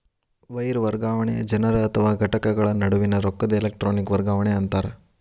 wire ವರ್ಗಾವಣೆ ಜನರ ಅಥವಾ ಘಟಕಗಳ ನಡುವಿನ್ ರೊಕ್ಕದ್ ಎಲೆಟ್ರೋನಿಕ್ ವರ್ಗಾವಣಿ ಅಂತಾರ